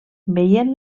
veient